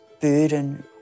burden